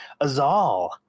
Azal